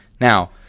Now